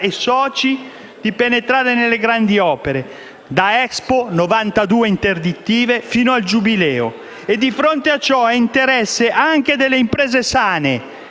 e soci di penetrare nelle grandi opere: da Expo (92 interdittive) fino al Giubileo. E di fronte a ciò, è interesse anche delle imprese sane,